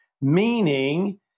meaning